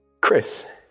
Chris